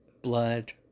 blood